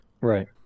Right